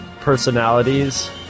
personalities